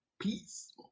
Peace